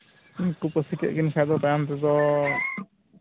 ᱩᱱᱠᱤᱱ ᱠᱚ ᱯᱟᱹᱥᱤ ᱠᱮᱫ ᱠᱤᱱ ᱠᱷᱟᱱ ᱛᱟᱭᱚᱢ ᱛᱮᱫᱚ